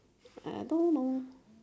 I don't know